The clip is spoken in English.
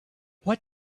what